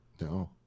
No